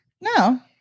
no